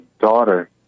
daughter